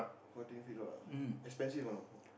how do you feel ah expensive or not